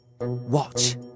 Watch